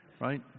right